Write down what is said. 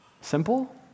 simple